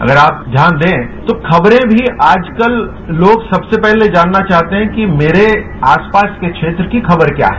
अगर आप ध्याडन दें तो खबरें भी आजकल लोग सबसे पहले जानना चाहते हैं कि मेरे आसपास के क्षेत्र की खबर क्या् है